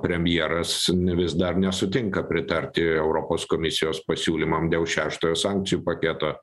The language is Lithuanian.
premjeras vis dar nesutinka pritarti europos komisijos pasiūlymam dėl šeštojo sankcijų paketo